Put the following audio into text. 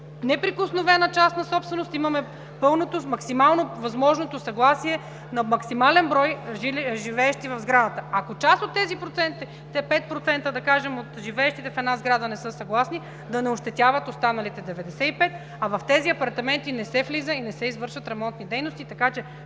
в неприкосновена частна собственост, имаме пълното максимално възможно съгласие на максимален брой живеещи в сградата. Ако част от тези 5% от живеещите в една сграда не са съгласни, да не ощетяват останалите 95%, в тези апартаменти не се влиза и не се извършват ремонтни дейности. Така че